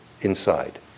inside